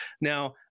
now